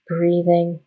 Breathing